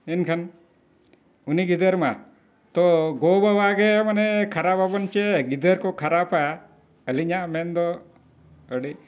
ᱮᱱᱠᱷᱟᱱ ᱩᱱᱤ ᱜᱤᱫᱟᱹᱨ ᱢᱟᱛᱚ ᱜᱚᱼᱵᱟᱵᱟ ᱜᱮ ᱢᱟᱱᱮ ᱠᱷᱟᱨᱟᱯ ᱟᱵᱚᱱ ᱪᱮᱫ ᱜᱤᱫᱟᱹᱨ ᱠᱚ ᱠᱷᱟᱨᱟᱯᱟ ᱟᱹᱞᱤᱧᱟᱜ ᱢᱮᱱᱫᱚ ᱟᱹᱰᱤ